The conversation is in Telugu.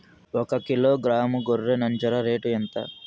ఒకకిలో గ్రాము గొర్రె నంజర రేటు ఎంత?